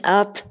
up